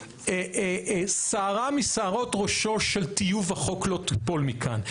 אפילו שערה משערות ראשו של טיוב החוק לא תיפול מכאן.